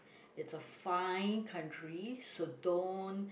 it's a fine country so don't